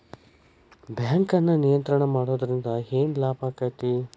ಬ್ಯಾಂಕನ್ನ ನಿಯಂತ್ರಣ ಮಾಡೊದ್ರಿಂದ್ ಏನ್ ಲಾಭಾಕ್ಕತಿ?